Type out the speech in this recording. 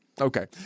okay